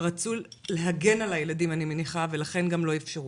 רצו להגן על הילדים אני מניחה, ולכן גם לא אפשרו.